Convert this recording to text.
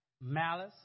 malice